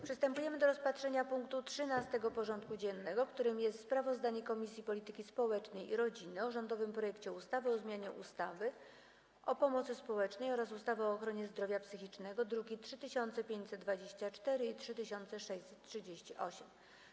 Przystępujemy do rozpatrzenia punktu 13. porządku dziennego: Sprawozdanie Komisji Polityki Społecznej i Rodziny o rządowym projekcie ustawy o zmianie ustawy o pomocy społecznej oraz ustawy o ochronie zdrowia psychicznego (druki nr 3524 i 3638)